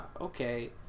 okay